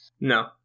No